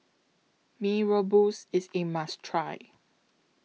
Mee Rebus IS A must Try